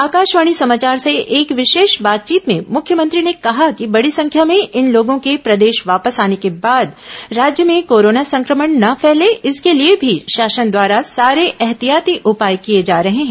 आकाशवाणी समाचार से एक विशेष बातचीत में मुख्यमंत्री ने कहा कि बड़ी संख्या में इन लोगों के प्रदेश वापस आने के बाद राज्य में कोरोना संक्रमण न फैले इसके लिए भी शासन द्वारा सारे एहतियाती उपाय किए जा रहे हैं